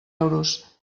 euros